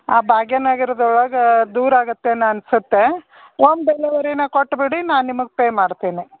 ಆ ಭಾಗ್ಯನಗರದೊಳಗೆ ದೂರ ಆಗತ್ತೇನೋ ಅನ್ಸತ್ತೆ ಓಮ್ ಡೆಲವರಿನ ಕೊಟ್ಬಿಡಿ ನಾನು ನಿಮ್ಗೆ ಪೇ ಮಾಡ್ತೀನಿ